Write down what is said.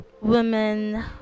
Women